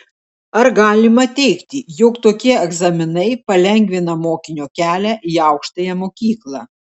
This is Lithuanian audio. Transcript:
ar galima teigti jog tokie egzaminai palengvina mokinio kelią į aukštąją mokyklą